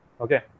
Okay